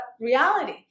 reality